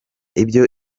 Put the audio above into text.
ibyo